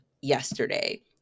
yesterday